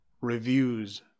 reviews